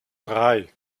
drei